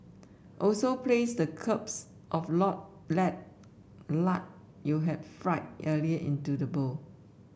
also place the cubes of lard you had fried earlier into a bowl